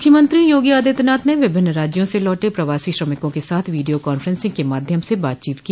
मूख्यमंत्री योगी आदित्यनाथ ने विभिन्न राज्यों से लौटे प्रवासी श्रमिकों के साथ वीडिया कांफ्रेंसिंग के माध्यम से बातचीत की